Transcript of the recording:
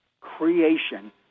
creation